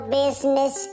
business